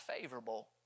favorable